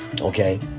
okay